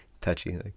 Touchy